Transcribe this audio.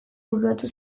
bururatu